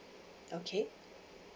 okay